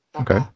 Okay